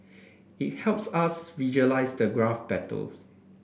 it helps us visualise the graph battle